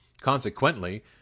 Consequently